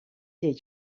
dit